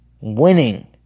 Winning